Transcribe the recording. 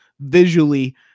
visually